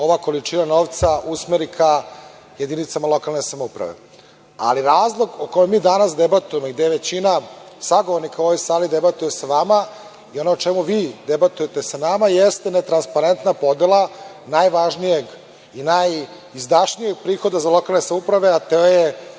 ova količina novca usmeri ka jedinicama lokalne samouprave. Razlog o kome danas debatujemo i gde većina sagovornika u ovoj sali debatuje sa vama i ono o čemu vi debatujete sa nama jeste netransparentna podela najvažnijeg i najizdašnijeg prihoda za lokalne samouprave, a to je